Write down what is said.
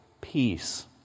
peace